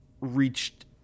reached